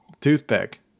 toothpick